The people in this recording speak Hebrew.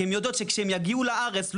כי הן יודעות שכשהן יגיעו לארץ,